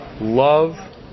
love